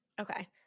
Okay